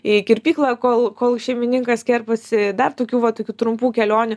į kirpyklą kol kol šeimininkas kerpasi dar tokių va tokių trumpų kelionių